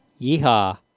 Yeehaw